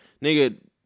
Nigga